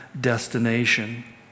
destination